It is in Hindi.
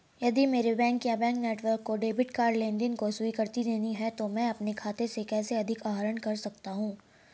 यदि मेरे बैंक या बैंक नेटवर्क को डेबिट कार्ड लेनदेन को स्वीकृति देनी है तो मैं अपने खाते से कैसे अधिक आहरण कर सकता हूँ?